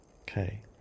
Okay